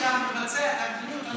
אתה מבצע את המדיניות הזאת,